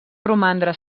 romandre